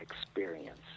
experience